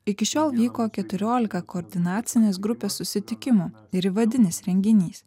iki šiol vyko keturiolika koordinacinės grupės susitikimų ir įvadinis renginys